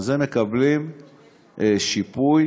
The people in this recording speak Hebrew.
מקבלים שיפוי